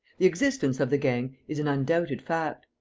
the existence of the gang is an undoubted fact.